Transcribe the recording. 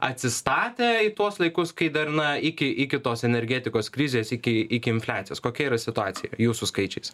atsistatė į tuos laikus kai dar na iki iki tos energetikos krizės iki iki infliacijos kokia yra situacija jūsų skaičiais